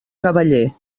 cavaller